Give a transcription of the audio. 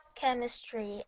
Chemistry